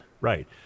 Right